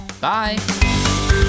Bye